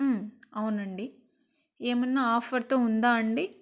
అవునండి ఏమన్నా ఆఫర్తో ఉందా అండి